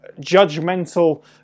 judgmental